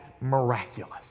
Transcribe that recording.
miraculous